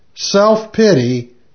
self-pity